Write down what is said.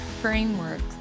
frameworks